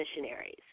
missionaries